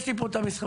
יש לי פה את המסמכים,